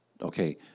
Okay